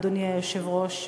אדוני היושב-ראש,